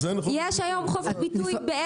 אז אין חופש ביטוי?